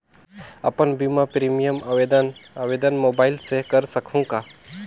अपन बीमा प्रीमियम आवेदन आवेदन मोबाइल से कर सकहुं का?